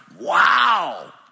Wow